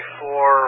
four